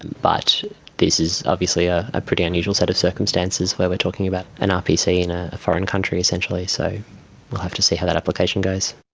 but this is obviously ah a pretty unusual set of circumstances where we are talking about an rpc in a foreign country essentially, so we'll have to see how that application goes.